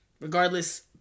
Regardless